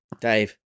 Dave